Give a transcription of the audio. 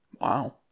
Wow